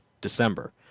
December